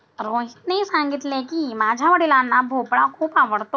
रोहितने सांगितले की, माझ्या वडिलांना भोपळा खूप आवडतो